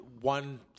one